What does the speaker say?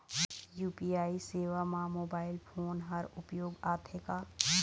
UPI सेवा म mobile phone हर उपयोग आथे का?